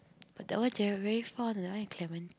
but that one they are very far that one clementi